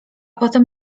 potem